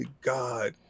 god